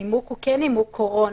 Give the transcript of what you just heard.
הנימוק הוא כן נימוק קורונה.